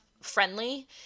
friendly